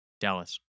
Dallas